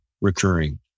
recurring